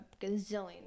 gazillion